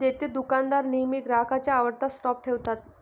देतेदुकानदार नेहमी ग्राहकांच्या आवडत्या स्टॉप ठेवतात